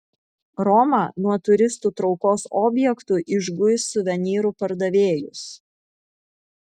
roma nuo turistų traukos objektų išguis suvenyrų pardavėjus